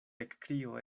ekkrio